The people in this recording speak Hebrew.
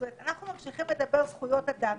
זאת אומרת שאנחנו ממשיכים לדבר על זכויות אדם,